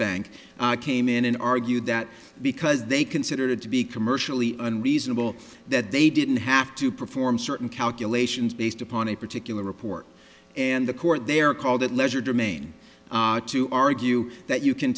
bank came in and argued that because they considered to be commercially unreasonable that they didn't have to perform certain calculations based upon a particular report and the court there called it leisure germane to argue that you can